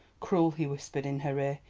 cruel! he whispered in her ear.